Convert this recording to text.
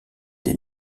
des